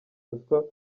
ruswa